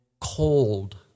cold